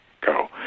go